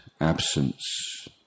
absence